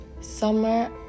summer